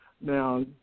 Now